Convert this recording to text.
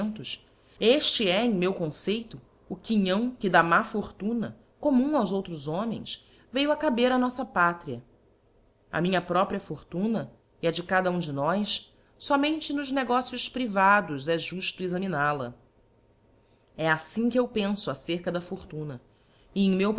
intentos efte é em meu conceito o quinhão que da má fortuna commum aos outros homens veiu a caber á noffa pátria a minha própria fortuna e a de caja uni de nós fomente nos negócios privados é juílo examinai a e affim que eu penfo acerca da fortuna e em meu